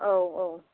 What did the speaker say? औ औ